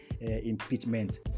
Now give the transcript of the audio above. impeachment